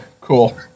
Cool